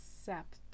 accept